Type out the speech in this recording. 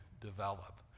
develop